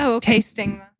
tasting